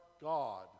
God